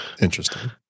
Interesting